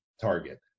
target